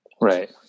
Right